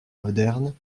moderne